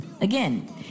Again